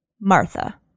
Martha